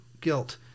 guilt